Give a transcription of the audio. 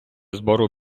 збору